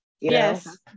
Yes